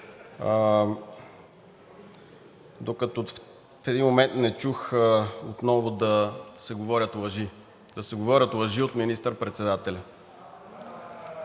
докато в един момент не чух отново да се говорят лъжи – да се говорят лъжи от министър-председателя.